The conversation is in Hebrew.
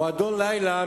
"מועדון לילה",